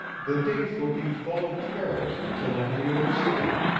the days will be full of terror until i know you are safe.